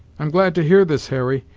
i'm glad to hear this, harry,